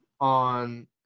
on